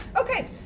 Okay